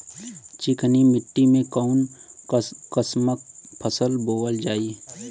चिकनी मिट्टी में कऊन कसमक फसल बोवल जाई?